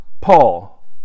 Paul